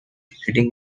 sitting